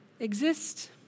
exist